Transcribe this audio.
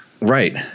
Right